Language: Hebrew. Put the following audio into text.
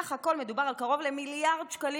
בסך הכול מדובר על קרוב למיליארד שקלים